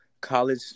college